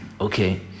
okay